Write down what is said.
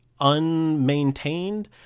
unmaintained